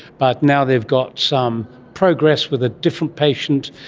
but now they've got some progress with a different patient,